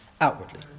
outwardly